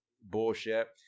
bullshit